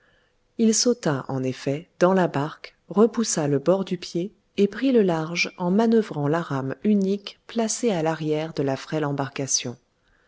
il sauta en effet dans la barque repoussa le bord du pied et prit le large en manœuvrant la rame unique placée à l'arrière de la frêle embarcation